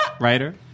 writer